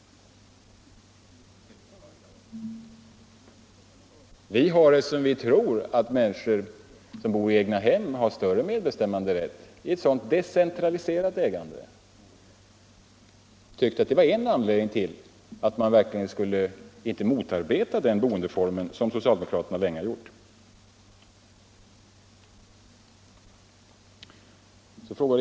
Vi tror att människor som bor i egnahem har större medbestämmanderätt, ett decentraliserat ägande. Vi tyckte att det var en anledning till att man inte skulle motarbeta den boendeformen, som socialdemokraterna länge gjort.